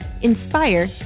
inspire